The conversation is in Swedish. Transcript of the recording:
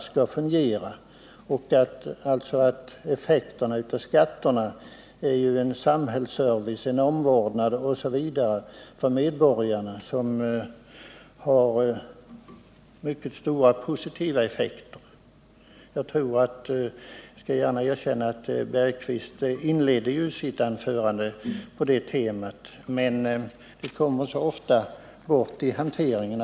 Skatterna används ju till omvårdnad av medborgarna, något som har mycket stora positiva effekter. Jag skall erkänna att Holger Bergqvist inledde sitt anförande på det temat, men det kommer så ofta bort i hanteringen.